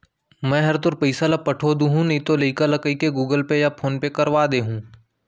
मैं हर तोर पइसा ल पठो दुहूँ नइतो लइका ल कइके गूगल पे या फोन पे करवा दे हूँ